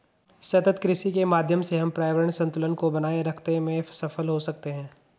सतत कृषि के माध्यम से हम पर्यावरण संतुलन को बनाए रखते में सफल हो सकते हैं